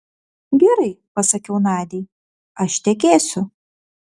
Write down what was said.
gerai pasakiau nadiai aš tekėsiu